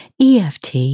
EFT